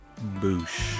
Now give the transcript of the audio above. Boosh